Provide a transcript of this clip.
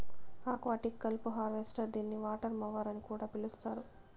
aquatic కలుపు harvester దీనిని water mower అని కూడా పిలుస్తారు